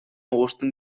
оштун